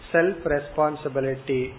Self-Responsibility